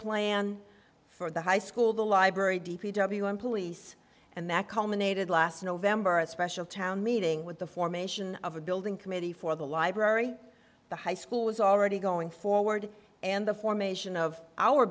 plan for the high school the library d p w and police and that culminated last november a special town meeting with the formation of a building committee for the library the high school was already going forward and the formation of our